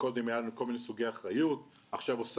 אם קודם היה לנו כל מיני סוגי אחריות,